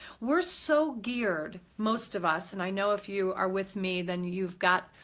we're so geared, most of us, and i know if you are with me then you've got,